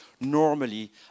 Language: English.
normally